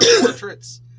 portraits